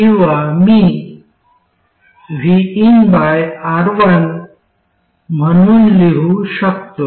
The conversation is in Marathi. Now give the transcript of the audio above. किंवा मी vinR1 म्हणून लिहू शकतो